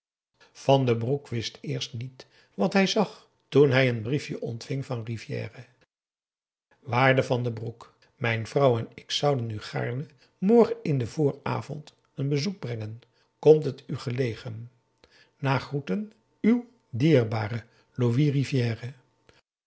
van den broek wist eerst niet wat hij zag toen hij een briefje ontving van rivière waarde van den broek mijn vrouw en ik zouden u gaarne morgen in den vooravond een bezoek brengen komt het u gelegen na groeten uw